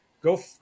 Go